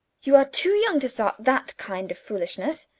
you are too young to start that kind of foolishness.